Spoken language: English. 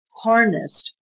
harnessed